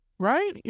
Right